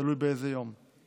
תלוי באיזה יום.